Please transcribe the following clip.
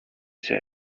said